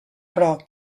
però